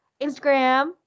Instagram